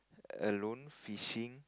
alone fishing